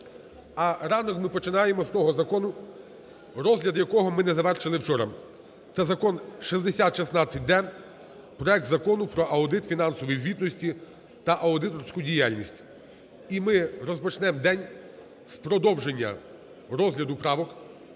А ранок ми починаємо з того закону, розгляд якого ми не завершили вчора. Це Закон 6016-д: проект Закону про аудит фінансової звітності та аудиторську діяльність. І ми розпочнемо день з продовження розгляду правок.